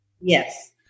yes